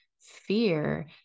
fear